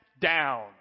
down